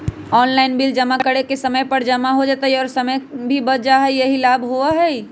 Online bill जमा करे से समय पर जमा हो जतई और समय भी बच जाहई यही लाभ होहई?